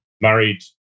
Married